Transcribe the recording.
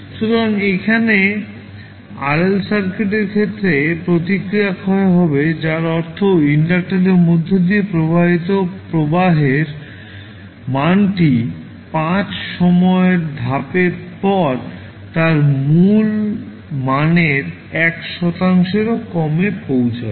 সুতরাং এখানে RL সার্কিটের ক্ষেত্রে প্রতিক্রিয়া ক্ষয় হবে যার অর্থ ইন্ডাক্টরের মধ্য দিয়ে প্রবাহিত প্রবাহের মানটি 5 সময়ের ধাপের পরে তার মূল মানের 1 শতাংশেরও কমে পৌঁছে যাবে